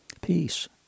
Peace